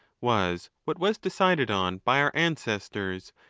was what was decided on by our ancestors,